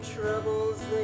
troubles